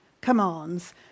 commands